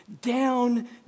Down